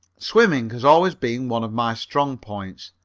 swimming has always been one of my strong points,